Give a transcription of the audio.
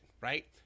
right